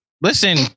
listen